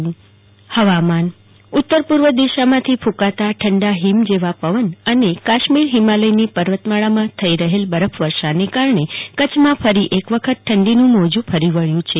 જાગ્રતિ વકીલ હવામાન ઉતર પર્વના દિશામાંથી ફુંકાતા ઠંડા હિમ પવન અને કાશ્મીર હિમાલયની પર્વતમાળામાં થઈ રહેલ બરફ વર્ષા ના કારણ કચ્છમાં ફરી એક વખત ઠંડીનું મોજું ફરી વળ્યું છે